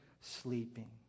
sleeping